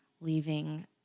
leaving